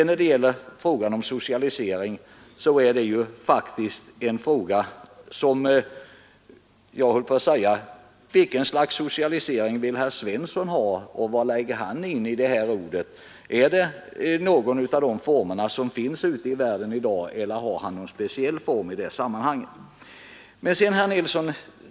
När det gäller socialisering frågar jag: Vilket slags socialisering vill herr Svensson i Malmö ha, och vad lägger han in i detta ord? Är det någon av de former som finns ute i världen i dag, eller har han någon speciell form i detta sammanhang?